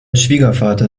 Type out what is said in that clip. schwiegervater